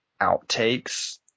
outtakes